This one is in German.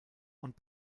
und